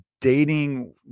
dating